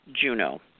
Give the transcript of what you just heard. Juno